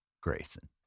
Grayson